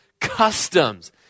customs